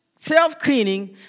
self-cleaning